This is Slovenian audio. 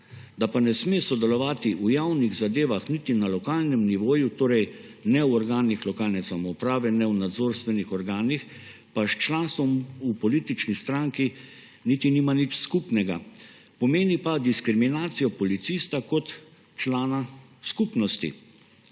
Da pa ne sme sodelovati v javnih zadevah niti na lokalnem nivoju, torej ne v organih lokalne samouprave, ne v nadzorstvenih organih, pa s članstvom v politični stranki niti nima nič skupnega. Pomeni pa diskriminacijo policista kot člana skupnosti,